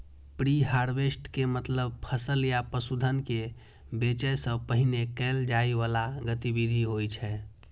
preharvest के मतलब फसल या पशुधन कें बेचै सं पहिने कैल जाइ बला गतिविधि होइ छै